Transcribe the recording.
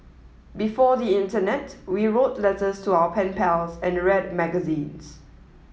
before the internet we wrote letters to our pen pals and read magazines